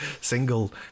single